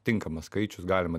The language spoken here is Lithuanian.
tinkamas skaičius galima